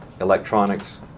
Electronics